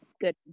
good